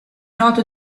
noto